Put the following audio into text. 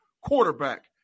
quarterback